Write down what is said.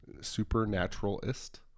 supernaturalist